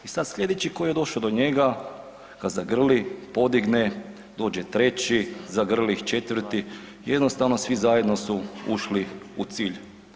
I sad sljedeći koji je došao do njega ga zagrli podigne, dođe treći zagrli, četvrti i jednostavno svi zajedno su ušli u cilj.